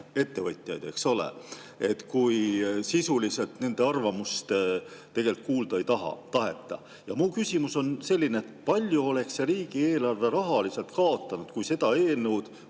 ettevõtjaid, eks ole, kui sisuliselt nende arvamust tegelikult kuulda ei taheta. Mu küsimus on selline: kui palju oleks see riigieelarve rahaliselt kaotanud, kui seda eelnõu